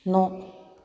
न'